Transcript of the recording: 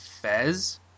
Fez